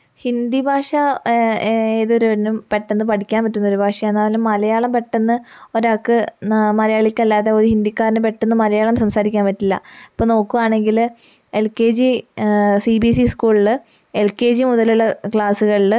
ഹിന്ദി ഭാഷ എ ഏതൊരാളിനും പെട്ടെന്ന് പഠിക്കാൻ പറ്റുന്ന ഒരു ഭാഷയാണ് അതുപോലെ മലയാളം പെട്ടെന്ന് ഒരാൾക്ക് മലയാളിക്ക് അല്ലാതെ ഒരു ഹിന്ദിക്കാരന് പെട്ടെന്ന് മലയാളം സംസാരിക്കാൻ പറ്റില്ല ഇപ്പൊൾ നോക്കുവാണെങ്കിൽ എൽകെജി സിബിഎസ് ഇ സ്കൂളിൽ എൽകെജി മുതലുളള ക്ലാസ്സുകളിൽ